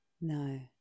no